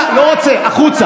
גם אם קשה לשמוע,